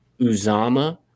Uzama